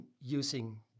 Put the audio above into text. using